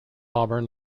auburn